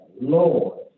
Lord